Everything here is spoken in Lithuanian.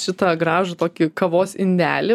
šitą gražų tokį kavos indelį